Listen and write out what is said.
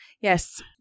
Yes